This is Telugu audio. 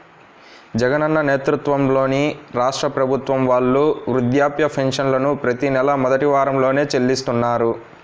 జగనన్న నేతృత్వంలోని రాష్ట్ర ప్రభుత్వం వాళ్ళు వృద్ధాప్య పెన్షన్లను ప్రతి నెలా మొదటి వారంలోనే చెల్లిస్తున్నారు